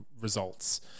results